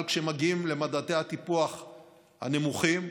אבל כשמגיעים למדדי הטיפוח הנמוכים,